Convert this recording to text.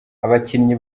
abakinyi